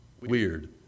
weird